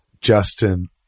Justin